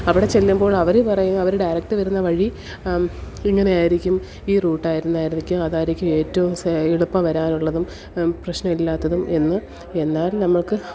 അവിടെ ചെല്ലുമ്പോൾ അവർ പറയും അവർ ഡയറക്റ്റ് വരുന്ന വഴി ഇങ്ങനെ ആയിരിക്കും ഈ റൂട്ട് ആയിരുന്നിരിക്കാം അതായിരിക്കും ഏറ്റവും എളുപ്പം വരാനുള്ളതും പ്രശ്നമില്ലാത്തതും എന്ന് എന്നാല് നമുക്ക്